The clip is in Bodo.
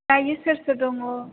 दायो सोर सोर दङ